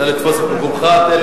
אנא תפוס מקומך.